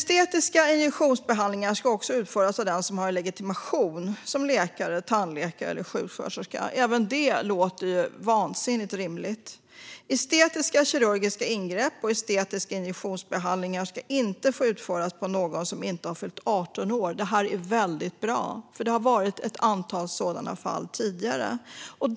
Estetiska injektionsbehandlingar ska utföras av den som har legitimation som läkare, tandläkare eller sjuksköterska. Även detta låter vansinnigt rimligt. Estetiska kirurgiska ingrepp och estetiska injektionsbehandlingar ska inte få utföras på någon som inte har fyllt 18 år. Detta är väldigt bra. Det har förekommit ett antal sådana fall.